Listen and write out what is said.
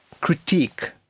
critique